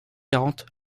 quarante